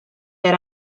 era